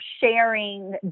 sharing